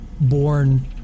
born